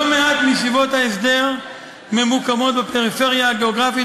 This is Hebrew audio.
לא מעט מישיבות ההסדר ממוקמות בפריפריה הגיאוגרפית